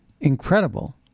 incredible